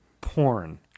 porn